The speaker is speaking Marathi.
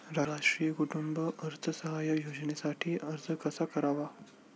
राष्ट्रीय कुटुंब अर्थसहाय्य योजनेसाठी अर्ज कसा करावा?